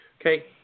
Okay